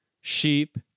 sheep